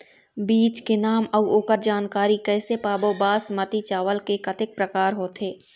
बीज के नाम अऊ ओकर जानकारी कैसे पाबो बासमती चावल के कतेक प्रकार होथे?